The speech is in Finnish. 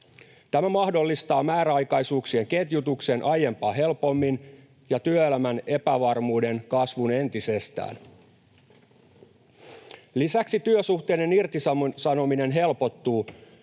Tämä mahdollistaa määräaikaisuuksien ketjutuksen aiempaa helpommin ja työelämän epävarmuuden kasvun entisestään. Lisäksi työsuhteiden irtisanominen helpottuu